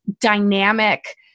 dynamic